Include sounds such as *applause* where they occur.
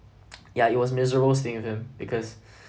*noise* yeah it was miserable staying with him because *breath*